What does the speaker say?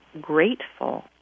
Grateful